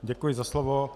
Děkuji za slovo.